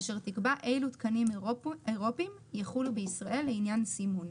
אשר תקבע אלו תקנים אירופיים יחולו בישראל לעניין סימון.